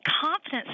confidence